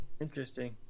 interesting